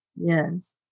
Yes